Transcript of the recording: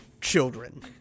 children